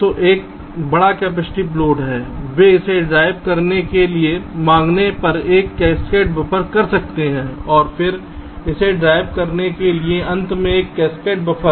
तो एक बड़ा कैपेसिटिव लोड है वे इसे ड्राइव करने के लिए मांगने पर एक कैस्केड बफर कर सकते हैं और फिर इसे ड्राइव करने के लिए अंत में एक कैस्केड बफर